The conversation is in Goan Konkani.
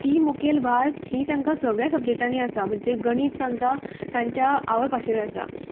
ती मुखेल भास ही तांकां सगळ्या सब्जेक्टांनी आसा म्हणजे गणीत तांकां तांच्या आवय भाशेन आसा